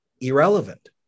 Irrelevant